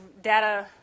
data